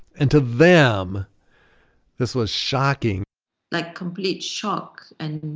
and to them this was shocking like complete shock and